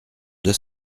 deux